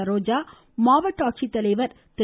சரோஜா மாவட்ட ஆட்சித்தலைவா் திரு